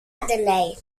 żadnej